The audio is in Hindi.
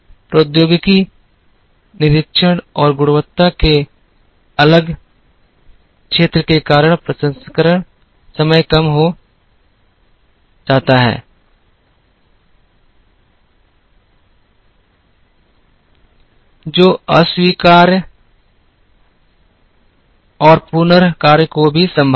प्रौद्योगिकी निरीक्षण और गुणवत्ता के अलग अलग क्षेत्र के कारण प्रसंस्करण समय कम हो जाता है जो अस्वीकार और पुन कार्य को भी संभालता है